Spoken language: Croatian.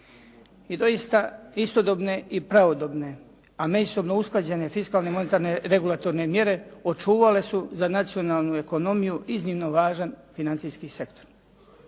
I doista, istodobne i pravodobne, a međusobno usklađene fiskalne i monetarne regulatorne mjere očuvale su za nacionalnu ekonomiju iznimno važan financijski sektor.